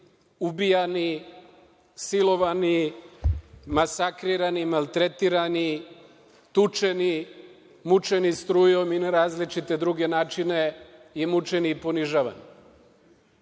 ubijani, silovani, masakrirani, maltretirani, tučeni, mučeni strujom i na različite druge načine i mučeni i ponižavani. Ko